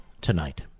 tonight